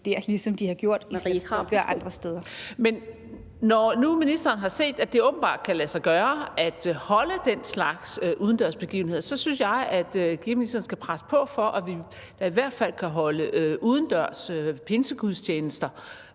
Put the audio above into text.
værsgo. Kl. 17:19 Marie Krarup (DF): Men når nu ministeren har set, at det åbenbart kan lade sig gøre at holde den slags udendørs begivenheder, så synes jeg, at kirkeministeren skal presse på for, at vi hvert fald kan holde udendørs pinsegudstjenester